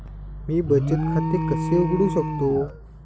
मी बचत खाते कसे उघडू शकतो?